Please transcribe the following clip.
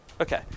Okay